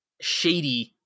shady